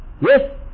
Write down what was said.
Yes